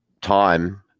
time